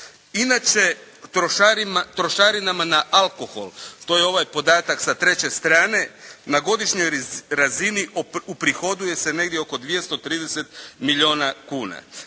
Inače trošarinama na alkohol, to je ovaj podatak sa 3. strane, na godišnjoj razini uprihoduje se negdje oko 230 milijuna kuna.